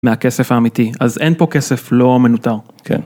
מהכסף האמיתי, אז אין פה כסף לא מנוטר.